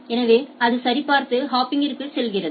எனவே அது சரிபார்த்து ஹாப்பிற்குச் செல்கிறது